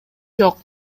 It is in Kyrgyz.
жок